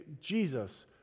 Jesus